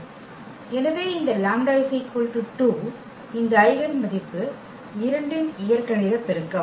எனவே இந்த λ 2 இந்த ஐகென் மதிப்பு 2 இன் இயற்கணித பெருக்கம்